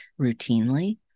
routinely